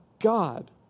God